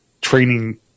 training